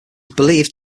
believed